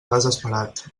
desesperat